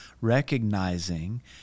recognizing